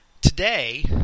today